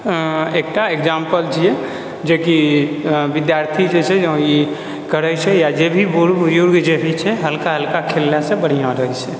एकटा एक्जाम्पल छिए जेकि विद्यार्थी जे छै जँ ई करै छै या जे भी बूढ़ बुजुर्ग जे भी छै हल्का हल्का खेललासँ बढ़िआँ रहै छै